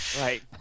Right